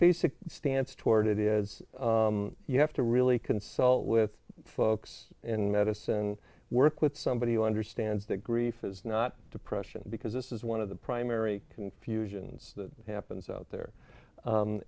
basic stance toward it is you have to really consult with folks in medicine work with somebody who understands that grief is not depression because this is one of the primary confusions that happens out there